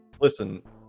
Listen